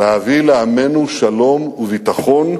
להביא לעמנו שלום וביטחון,